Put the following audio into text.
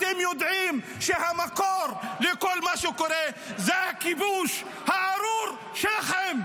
אתם יודעים שהמקור לכל מה שקורה הוא הכיבוש הארור שלכם.